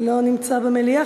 לא נמצא במליאה.